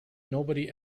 nobody